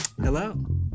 Hello